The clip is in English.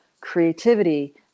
creativity